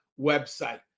website